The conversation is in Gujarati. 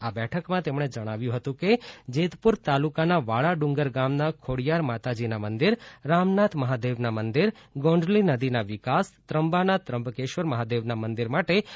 આ બેઠકમાં તેમણેજણાવ્યું હતું કે જેતપુર તા લુકાના વાળા ડુંગર ગામના ખોડિયાર માતાજીના રામનાથ મહાદેવના મંદિર ગોંડલી નદીના વિકાસ ત્રંબાનાશ્રી ત્રંબકેશ્વર મહાદેવના મંદિરમાટે અંદાજીત રૂ